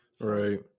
Right